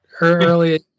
early